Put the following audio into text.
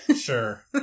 Sure